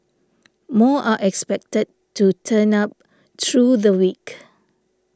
more are expected to turn up through the week